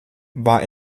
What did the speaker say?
war